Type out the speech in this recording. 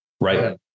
right